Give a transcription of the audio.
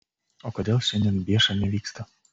o kodėl šiandien bieša nevyksta